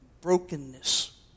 brokenness